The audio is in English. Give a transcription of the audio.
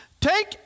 Take